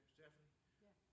Stephanie